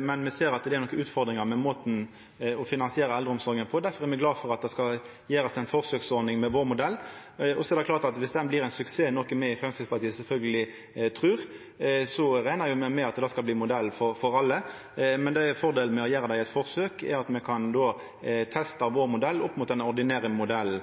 men me ser at det er nokre utfordringar i måten ein finansierer eldreomsorga på. Derfor er me glade for at det blir ei forsøksordning med modellen vår. Det er klart at dersom dette blir ein suksess, noko me i Framstegspartiet sjølvsagt trur, reknar me med at det skal bli modell for alle. Fordelen med å gjennomføra eit forsøk er at me kan testa modellen vår mot den ordinære